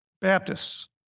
Baptists